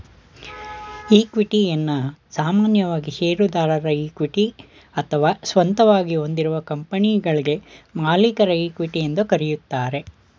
ಇಕ್ವಿಟಿಯನ್ನ ಸಾಮಾನ್ಯವಾಗಿ ಶೇರುದಾರರ ಇಕ್ವಿಟಿ ಅಥವಾ ಸ್ವಂತವಾಗಿ ಹೊಂದಿರುವ ಕಂಪನಿಗಳ್ಗೆ ಮಾಲೀಕರ ಇಕ್ವಿಟಿ ಎಂದು ಕರೆಯುತ್ತಾರೆ